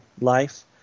life